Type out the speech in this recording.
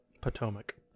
Potomac